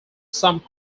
some